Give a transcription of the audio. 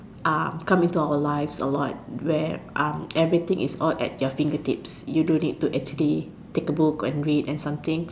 uh come into our life a lot where um everything is all at your finger tips you don't need to actually take a book and read and something